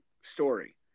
story